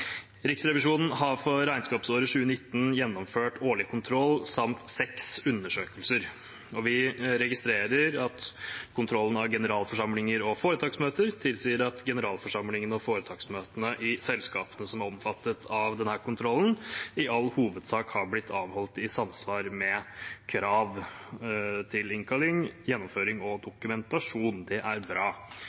Riksrevisjonen har for regnskapsåret 2019 gjennomført årlig kontroll samt seks undersøkelser. Vi registrerer at kontrollen av generalforsamlinger og foretaksmøter tilsier at generalforsamlingene og foretaksmøtene i selskapene som er omfattet av denne kontrollen, i all hovedsak har blitt avholdt i samsvar med krav til innkalling, gjennomføring og dokumentasjon. Det er bra.